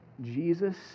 Jesus